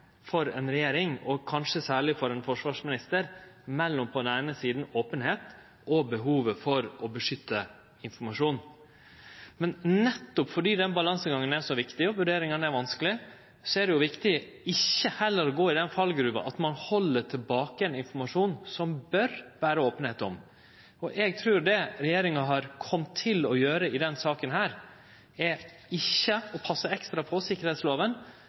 for ein forsvarsminister, mellom openheit på den eine sida og behovet for å beskytte informasjon på den andre. Men nettopp fordi den balansegangen er så viktig og vurderingane er vanskelege, er det viktig ikkje heller å gå i den fallgruva å halde tilbake informasjon som det bør vere openheit om. Det eg trur at regjeringa har kome til å gjere i denne saka, er ikkje å passe ekstra på